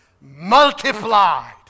multiplied